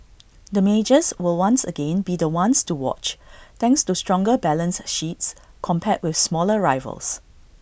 the majors will once again be the ones to watch thanks to stronger balance sheets compared with smaller rivals